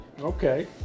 Okay